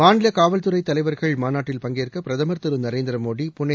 மாநில காவல் துறை தலைவர்கள் மாநாட்டில் பங்கேற்க பிரதமர் திரு நரேந்திர மோடி புனே